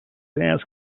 sands